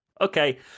Okay